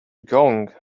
going